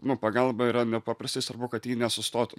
nu pagalba yra nepaprastai svarbu kad ji nesustotų